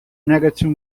negative